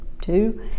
two